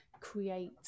create